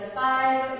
five